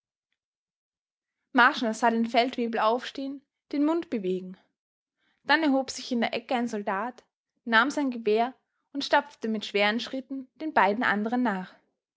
den feldwebel aufstehn den mund bewegen dann erhob sich in der ecke ein soldat nahm sein gewehr und stapfte mit schweren schritten den beiden anderen nach